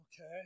Okay